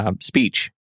speech